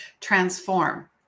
transform